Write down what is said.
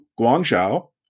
Guangzhou